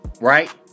right